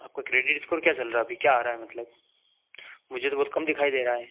आपका credit score क्या चल रहा अभी क्या आ रहा है मतलब मुझे तो बहुत कम दिखाई दे रहा है